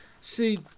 See